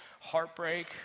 heartbreak